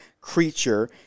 creature